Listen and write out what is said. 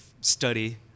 study